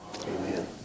Amen